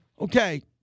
okay